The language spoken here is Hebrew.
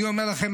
אני אומר לכם,